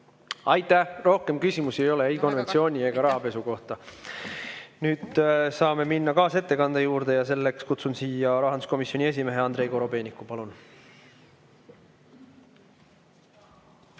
Aitäh! Rohkem küsimusi ei ole ei konventsiooni ega rahapesu kohta. Nüüd saame minna kaasettekande juurde ja selleks kutsun siia rahanduskomisjoni esimehe Andrei Korobeiniku. Palun!